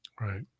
Right